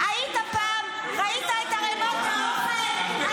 ואחר כך אתם שואלים למה אנחנו משתוללים,